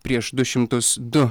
prieš du šimtus du